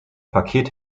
paket